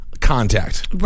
contact